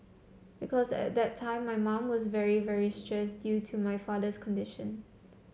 because at the time my mum was very very stressed due to my father's condition